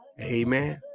Amen